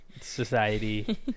society